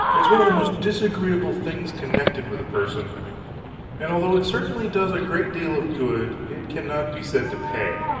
it is one of the most disagreeable things connected with a person and although it certainly does a great deal of good, it cannot be said to pay,